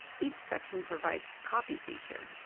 each section provides the copy feature,